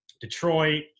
Detroit